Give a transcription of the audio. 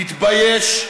תתבייש,